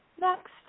next